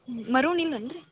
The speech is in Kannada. ಮರೂನ್ ಇಲ್ಲೇನ್ ರೀ